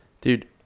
Dude